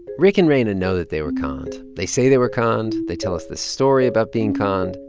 rick and reina know that they were conned. they say they were conned. they tell us this story about being conned.